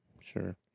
sure